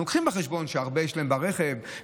אנחנו לוקחים בחשבון שלהרבה יש בבית,